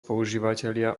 používatelia